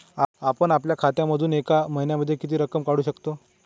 आपण आपल्या खात्यामधून एका महिन्यामधे किती रक्कम काढू शकतो?